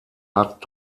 hat